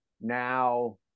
now